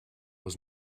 was